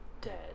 dead